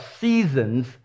seasons